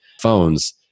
phones